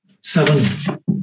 seven